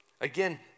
Again